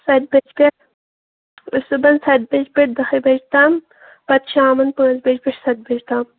سَتہِ بَجہِ پیٚٹھٕ أسۍ صُبحَن سَتہِ بَجہِ پیٚٹھ دَہہِ بَجہِ تام پَتہٕ شامَن پانٛژھ بَجہِ پیٚٹھٕ سَتہِ بَجہِ تام